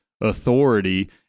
authority